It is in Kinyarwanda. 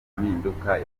mpinduka